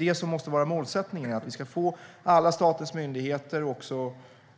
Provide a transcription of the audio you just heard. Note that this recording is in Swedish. Det som måste vara målsättningen är att vi ska få alla statens myndigheter